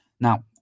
Now